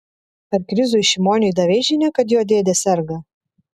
ar krizui šimoniui davei žinią kad jo dėdė serga